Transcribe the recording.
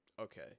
okay